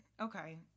Okay